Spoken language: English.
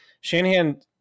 Shanahan